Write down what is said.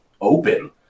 open